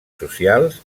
socials